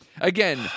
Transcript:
Again